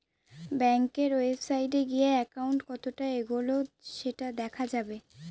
ব্যাঙ্কের ওয়েবসাইটে গিয়ে একাউন্ট কতটা এগোলো সেটা দেখা যাবে